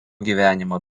gyvenimą